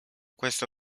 questa